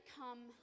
come